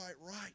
right